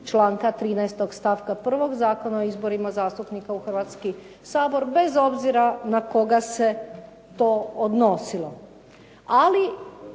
članka 13. stavka 1. Zakona o izborima zastupnika u Hrvatski sabor, bez obzira na koga se to odnosilo.